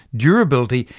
durability,